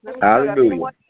Hallelujah